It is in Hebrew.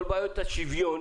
כל בעיות השוויון,